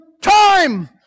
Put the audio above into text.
time